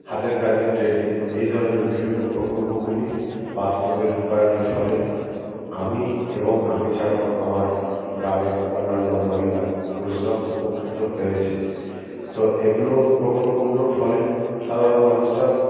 হাতের কাজের ট্রেনিং এই ধরনের বিভিন্ন প্রকল্পগুলি বাস্তবে রূপায়ণের ফলে আমি এবং আমি ছাড়াও আমার গ্রামের অন্যান্য মহিলা পুরুষরাও উপকৃত হয়েছে তো এগুলো প্রকল্পগুলোর ফলে সাধারণ মানুষরা